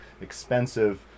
expensive